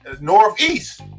northeast